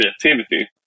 creativity